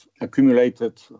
accumulated